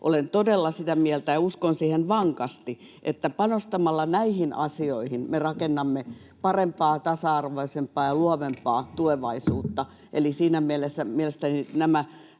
Olen todella sitä mieltä ja uskon siihen vankasti, että panostamalla näihin asioihin me rakennamme parempaa, tasa-arvoisempaa ja luovempaa tulevaisuutta, eli siinä mielessä